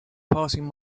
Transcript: passing